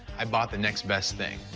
i bought the next best thing,